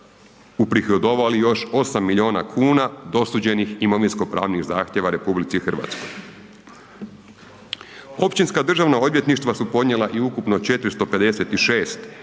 uprihodovali još 8 milijuna kuna dosuđenih imovinsko pravnih zahtjeva RH. Općinska državna odvjetništva su podnijela i ukupno 456 optužnih